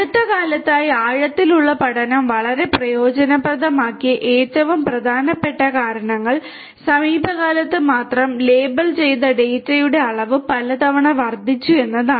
അടുത്ത കാലത്തായി ആഴത്തിലുള്ള പഠനം വളരെ പ്രയോജനപ്രദമാക്കിയ ഏറ്റവും പ്രധാനപ്പെട്ട കാരണങ്ങൾ സമീപകാലത്ത് മാത്രം ലേബൽ ചെയ്ത ഡാറ്റയുടെ അളവ് പലതവണ വർദ്ധിച്ചു എന്നതാണ്